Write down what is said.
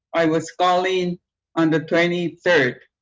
i was called in on the twenty third